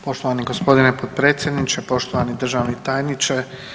Poštovani g. potpredsjedniče, poštovani državni tajniče.